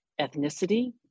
ethnicity